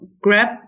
grab